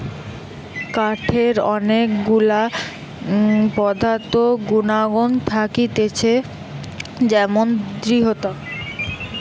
কাঠের অনেক গুলা পদার্থ গুনাগুন থাকতিছে যেমন দৃঢ়তা